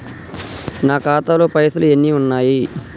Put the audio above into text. నా ఖాతాలో పైసలు ఎన్ని ఉన్నాయి?